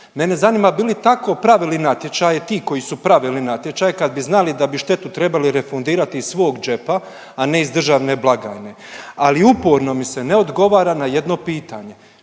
Mene zanima bi li tako pravili natječaje ti koji su pravili natječaj kad bi znali da bi štetu trebali refundirati iz svog džepa, a ne iz državne blagajne. Ali uporno mi se ne odgovara na jedno pitanje